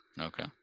Okay